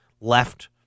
left